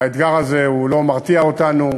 והאתגר הזה לא מרתיע אותנו.